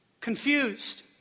Confused